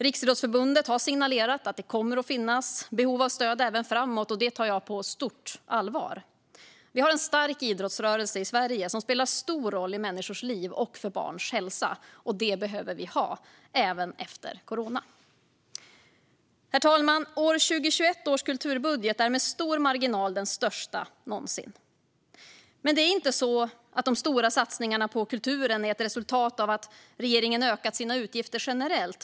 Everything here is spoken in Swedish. Riksidrottsförbundet har signalerat att det kommer att finnas behov av stöd även framåt, och det tar jag på stort allvar. Vi har en stark idrottsrörelse i Sverige, som spelar stor roll i människors liv och för barns hälsa. Det behöver vi ha även efter corona. Herr talman! Kulturbudgeten för år 2021 är med stor marginal den största någonsin. Men det är inte så att de stora satsningarna på kulturen är ett resultat av att regeringen ökat sina utgifter generellt.